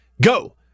go